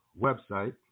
website